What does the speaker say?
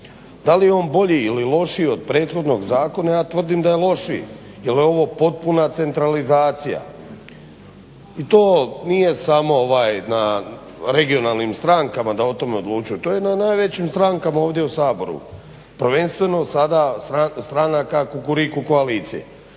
Da li je on bolji ili lošiji od prethodnog zakona, ja tvrdim da je lošiji jer je ovo potpuna centralizacija. I to nije samo ovaj na regionalnim strankama da o tome odlučuju, to je jedna od najvećih stranaka ovdje u Saboru. Prvenstveno sada stranaka Kukuriku koalicije.